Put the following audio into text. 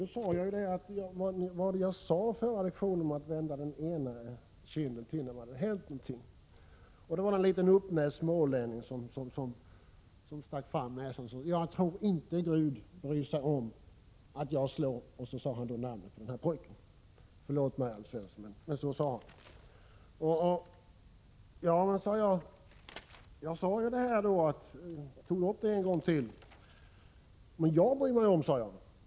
Då frågade jag vad jag hade sagt på lektionen om att vända den andra kinden till när det hade hänt någonting. En liten uppnäst smålänning stack fram näsan och sade: Jag tror inte Gud bryr sig om att jag slår ———, och så sade han namnet på den andre pojken. Förlåt mig, Alf Svensson, men så sade han. Ja, men jag bryr mig om, sade jag.